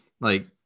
like-